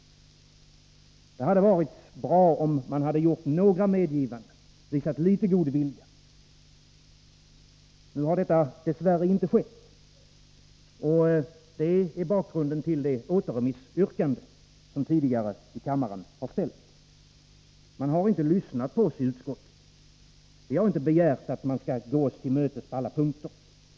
Det hade varit bra om man hade gjort några medgivanden, visat litet god vilja. Nu har detta dess värre inte skett, och det är bakgrunden till det återremissyrkande som tidigare har framställts i kammaren. Man har inte lyssnat på oss i utskottet. Vi har inte begärt att man skall gå oss till mötes på alla punkter.